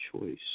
choice